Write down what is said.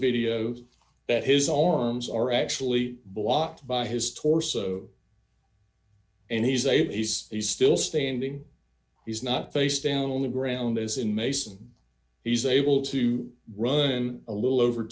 video that his arms are actually blocked by his torso and he's a he's still standing he's not face down on the ground as in mason he's able to run him a little over